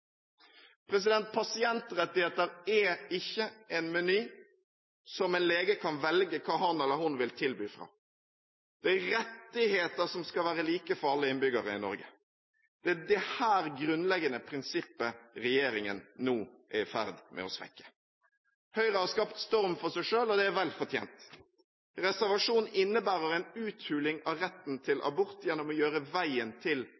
Pasientrettigheter er ikke en meny der en lege kan velge hva han eller hun vil tilby. Det er rettigheter som skal være like for alle innbyggere i Norge. Det er dette grunnleggende prinsippet regjeringen nå er i ferd med å svekke. Høyre har skapt storm for seg selv, og det er vel fortjent. Reservasjon innebærer en uthuling av retten til abort gjennom å gjøre veien til